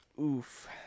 Oof